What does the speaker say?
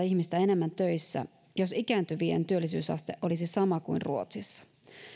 ihmistä enemmän töissä jos ikääntyvien työllisyysaste olisi sama kuin ruotsissa